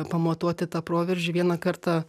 pamatuoti tą proveržį vieną kartą